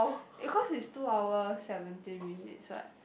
cause it's two hours seventeen minutes what